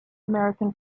american